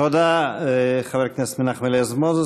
תודה, חבר הכנסת מנחם אליעזר מוזס.